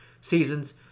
seasons